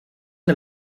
est